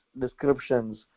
descriptions